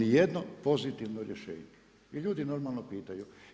Ali nijedno pozitivno rješenje i ljudi normalno pitanju.